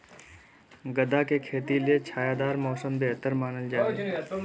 गदा के खेती ले छायादार मौसम बेहतर मानल जा हय